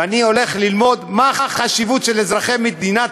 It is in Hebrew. ואני הולך ללמוד מה החשיבות של אזרחי מדינת